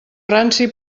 ranci